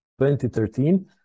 2013